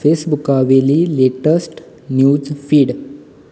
फेसबूकावेली latest news feed